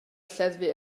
lleddfu